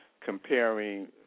comparing